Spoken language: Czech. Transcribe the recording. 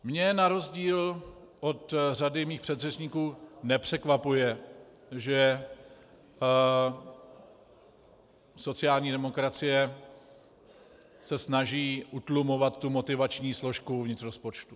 Mě na rozdíl od řady mých předřečníků nepřekvapuje, že sociální demokracie se snaží utlumovat tu motivační složku uvnitř rozpočtu.